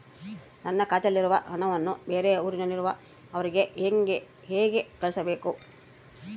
ನನ್ನ ಖಾತೆಯಲ್ಲಿರುವ ಹಣವನ್ನು ಬೇರೆ ಊರಿನಲ್ಲಿರುವ ಅವರಿಗೆ ಹೇಗೆ ಕಳಿಸಬೇಕು?